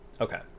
Okay